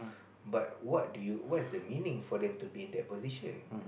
but what do you what is the meaning for them to be in that position